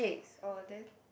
oh then